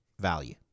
value